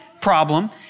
problem